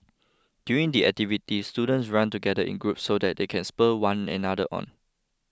during the activity students run together in groups so that they can spur one another on